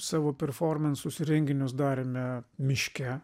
savo performansus renginius darėme miške